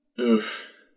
Oof